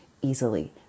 easily